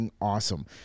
awesome